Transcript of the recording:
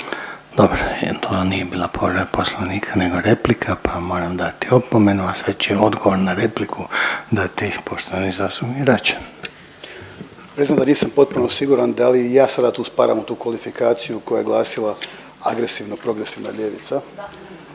Mislim da nisam potpuno siguran da li i ja sada tu spadam u tu kvalifikaciju koja je glasila agresivno progresivna ljevica.